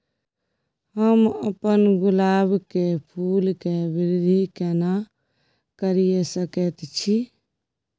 हम अपन गुलाब के फूल के वृद्धि केना करिये सकेत छी?